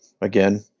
again